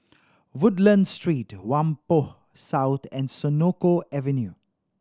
Woodlands Street Whampoa South and Senoko Avenue